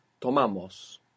tomamos